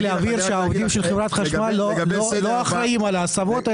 רק להבהיר שהעובדים של חברת החשמל לא אחראים על ההסבות,